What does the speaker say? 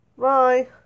Bye